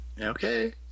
Okay